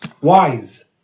wise